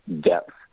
depth